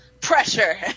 pressure